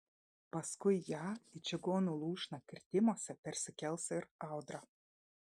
paskui ją į čigonų lūšną kirtimuose persikels ir audra